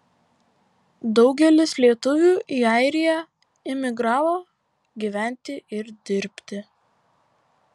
daugelis lietuvių į airiją emigravo gyventi ir dirbti